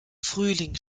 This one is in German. frühling